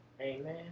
Amen